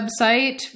website